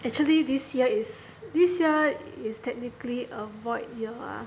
actually this year is this year is technically a void year ah